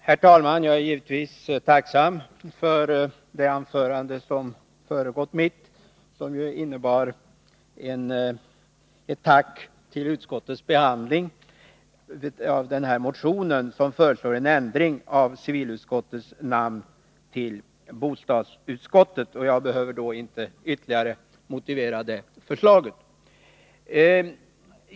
Herr talman! Jag är givetvis tacksam för det anförande som föregått mitt och som innebar ett tack till utskottet för behandlingen av den motion som föreslår en ändring av civilutskottets namn till bostadsutskottet. Jag behöver då inte ytterligare motivera det förslaget.